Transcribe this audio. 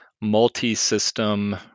multi-system